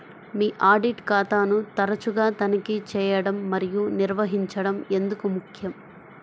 మీ audit ఖాతాను తరచుగా తనిఖీ చేయడం మరియు నిర్వహించడం ఎందుకు ముఖ్యం?